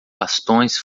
bastões